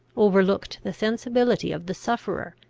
overlooked the sensibility of the sufferer,